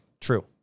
true